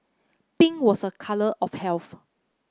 pink was a colour of health